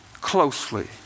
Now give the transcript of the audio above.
closely